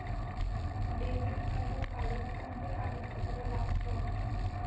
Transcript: Debit card काढुक कोणते कागदपत्र लागतत?